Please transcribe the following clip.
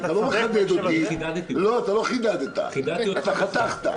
אתה לא חידדת, אתה חתכת.